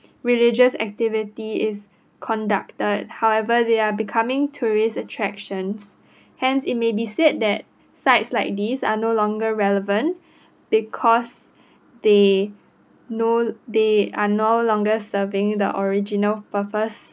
religious activity is conducted however they are becoming tourist attractions hence it may be said that sites like this are no longer relevant because they no they are no longer serving the original purpose